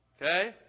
Okay